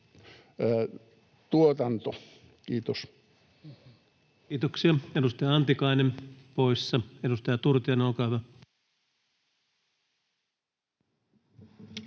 sähköntuotanto. — Kiitos. Kiitoksia. — Edustaja Antikainen poissa. — Edustaja Turtiainen, olkaa hyvä.